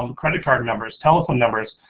um credit card numbers, telephone numbers,